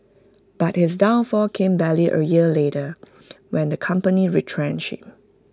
but his downfall came barely A year later when the company retrenched him